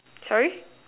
sorry